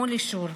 מול אישור,